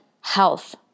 health